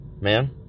man